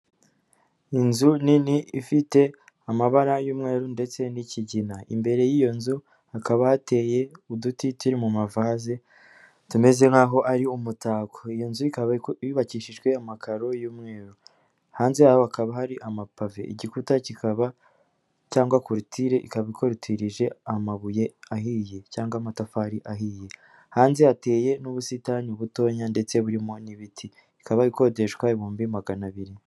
Inzu nini ifite amabara y'umweru ndetse n'ikigina, imbere y'iyo nzu hakaba hateye uduti turi mu mavazi tumeze nk'aho ari umutako. Iyo nzu yubakishijwe amakaro y'umweru, hanze aho hakaba hari amapave, igikuta kikaba cyangwa kurotire ikaba ikotirije amabuye ahiye cyangwa amatafari ahiyera. Hanze hateye n'ubusitani butoya ndetse burimo n'ibiti, ikaba ikodeshwa ibihumbi magana abiri.